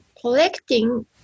collecting